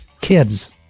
kids